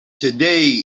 today